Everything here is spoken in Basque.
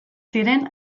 ziren